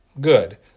Good